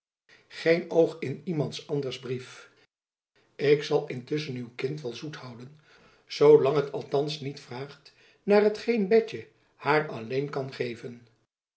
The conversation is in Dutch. geen oog in yemants anders brief ik zal intusschen uw kind wel zoet houden zoo lang het althands niet vraagt naar hetgeen betjen haar alleen kan geven